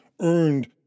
earned